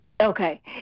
Okay